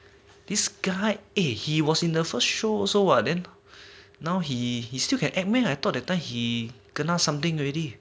this guy eh he was in the first show also what then now he he still can act meh I thought that time he kena something already